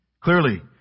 Clearly